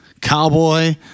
Cowboy